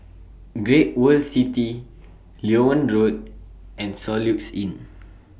Great World City Loewen Road and Soluxe Inn